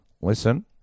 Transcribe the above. listen